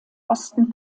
osten